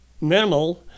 minimal